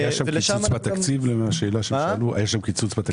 היה שם קיצוץ בתקציב?